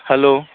hello